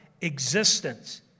existence